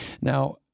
Now